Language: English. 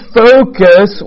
focus